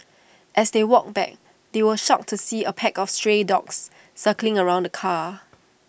as they walked back they were shocked to see A pack of stray dogs circling around the car